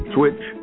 Switch